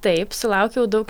taip sulaukiau daug